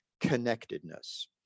connectedness